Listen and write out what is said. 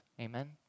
Amen